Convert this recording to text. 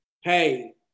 hey